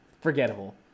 forgettable